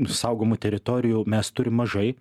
saugomų teritorijų mes turim mažai